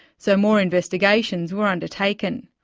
so more investigations were undertaken.